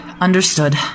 Understood